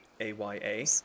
A-Y-A